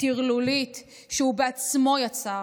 הטרלולית שהוא בעצמו יצר,